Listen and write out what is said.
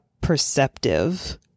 perceptive